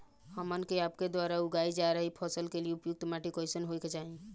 हमन के आपके द्वारा उगाई जा रही फसल के लिए उपयुक्त माटी कईसन होय के चाहीं?